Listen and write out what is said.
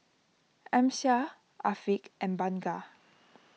Amsyar Afiq and Bunga